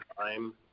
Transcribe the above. time